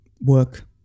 work